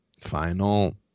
final